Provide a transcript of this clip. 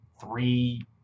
three